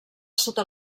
sota